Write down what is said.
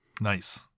Nice